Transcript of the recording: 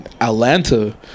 Atlanta